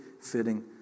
fitting